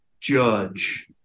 judge